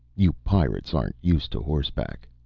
you pirates aren't used to horseback.